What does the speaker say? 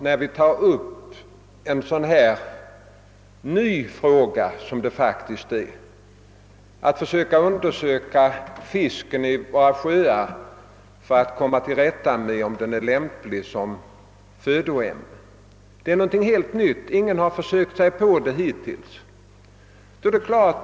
När vi tar upp en ny fråga som denna, att undersöka om fisken med hänsyn till kvicksilverförekomst i våra sjöar är lämplig som födoämne, är det klart att vi möter svårigheter. Det är något helt nytt; ingen har försökt sig på det hittills.